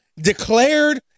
declared